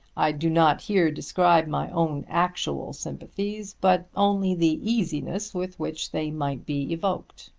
i do not here describe my own actual sympathies, but only the easiness with which they might be evoked.